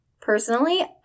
Personally